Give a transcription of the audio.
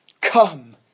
Come